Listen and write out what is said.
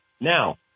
Now